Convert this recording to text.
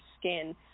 skin